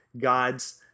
God's